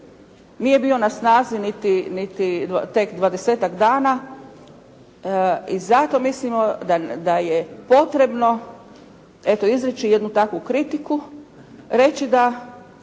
Nije bio na snazi niti tek dvadesetak dana i zato mislimo da je potrebno eto izreći jednu takvu kritiku, reći da